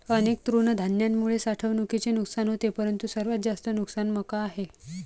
अनेक तृणधान्यांमुळे साठवणुकीचे नुकसान होते परंतु सर्वात जास्त नुकसान मका आहे